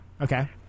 Okay